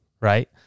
right